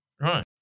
Right